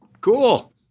Cool